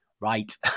Right